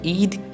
Eid